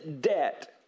debt